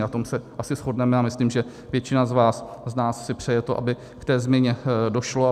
Na tom se asi shodneme a myslím, že většina z vás, z nás si přeje to, aby k té změně došlo.